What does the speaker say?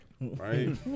Right